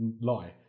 Lie